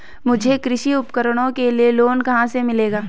मुझे कृषि उपकरणों के लिए लोन कहाँ से मिलेगा?